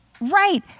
Right